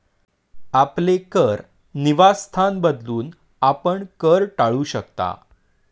आपले कर निवासस्थान बदलून, आपण कर टाळू शकता